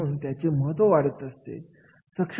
म्हणून त्याचे महत्व वाढत असते